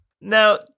now